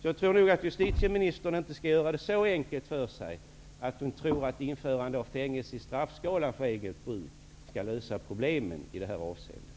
Jag tror inte att justitieministern skall göra det så enkelt för sig att hon tror att införandet av fängelse i straffskalan för eget bruk skall lösa problemen i det här avseendet.